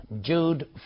Jude